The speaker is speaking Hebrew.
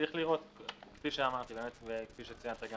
כפי שאמרתי וכפי שציינת,